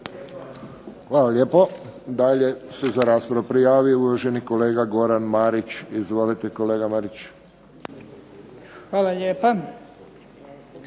Hvala lijepo. Dalje se za raspravu prijavio uvaženi kolega Goran Marić. Izvolite kolega Marić. **Marić,